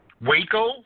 Waco